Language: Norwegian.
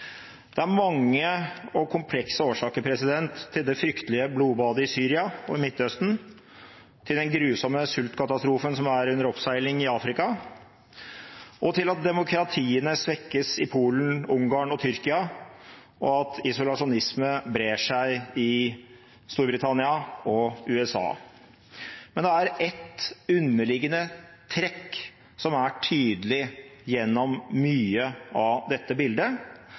Det er mange og komplekse årsaker til det fryktelige blodbadet i Syria og i Midtøsten, til den grusomme sultkatastrofen som er under oppseiling i Afrika, til at demokratiene svekkes i Polen, Ungarn og Tyrkia og til at isolasjonisme brer seg i Storbritannia og i USA. Det er ett underliggende trekk som framgår tydelig av dette bildet,